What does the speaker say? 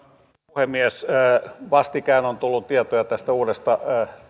puhemies vastikään on tullut tietoja tästä uudesta